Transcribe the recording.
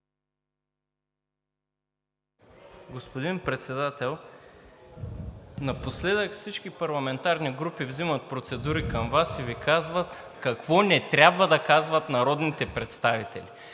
Господин Председател, напоследък всички парламентарни групи вземат процедури към Вас и Ви казват какво не трябва да казват народните представители